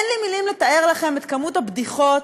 אין לי מילים לתאר לכם את כמות הבדיחות,